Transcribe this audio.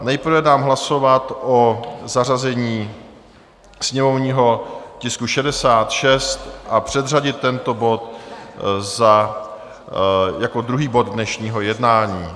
Nejprve dám hlasovat o zařazení sněmovního tisku 66 a předřadit tento bod jako druhý bod dnešního jednání.